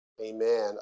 amen